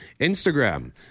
Instagram